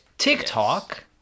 TikTok